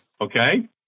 Okay